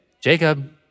Jacob